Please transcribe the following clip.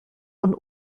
und